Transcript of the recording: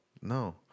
No